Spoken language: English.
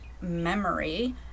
memory